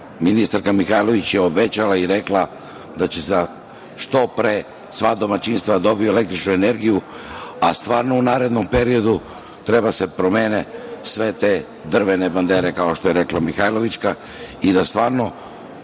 ministarka Mihajlović je obećala i rekla da će što pre sva domaćinstva dobiti električnu energiju, a stvarno u narednom periodu treba da se promene sve te drvene bandere kao što je rekla Mihajlovićka i da stvarno